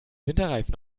winterreifen